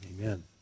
amen